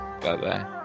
Bye-bye